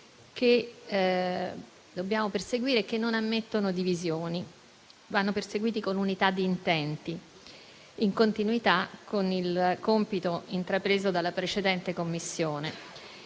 che dobbiamo perseguire e che non ammettono divisioni. Essi vanno perseguiti con unità di intenti, in continuità con il compito intrapreso dalla precedente Commissione.